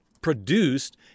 produced